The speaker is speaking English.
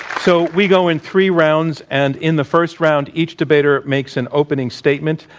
so, we go in three rounds and in the first round each debater makes an opening statement.